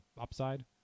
upside